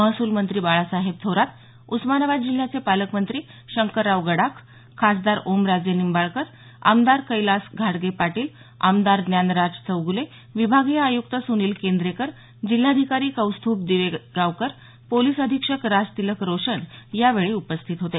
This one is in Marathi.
महसूलमंत्री बाळासाहेब थोरात उस्मानाबाद जिल्ह्याचे पालकमंत्री शंकरराव गडाख खासदार ओमराजे निंबाळकर आमदार कैलास घाडगे पाटील आमदार ज्ञानराज चौग्ले विभागीय आयुक्त सुनील केंद्रेकर जिल्हाधिकारी कौस्तभ दिवेगावकर पोलीस अधीक्षक राज तिलक रोशन यावेळी उपस्थित होते